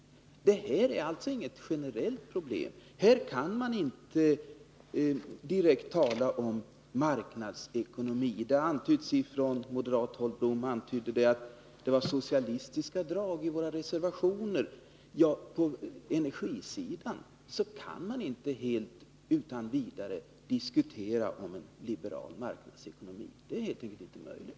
Detta är alltså inget generellt problem. Här kan man inte tala om marknadsekonomi. Det har antytts från moderat håll — bl.a. av Lennart Blom -— att det var socialistiska drag i våra reservationer. Men på energisidan kan man inte utan vidare diskutera en liberal marknadsekonomi. Den är helt enkelt inte möjlig.